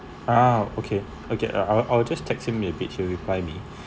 ah okay okay uh I'll I will just text him maybe he will reply me